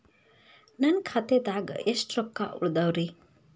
ನನ್ನ ಖಾತೆದಾಗ ಎಷ್ಟ ರೊಕ್ಕಾ ಉಳದಾವ್ರಿ?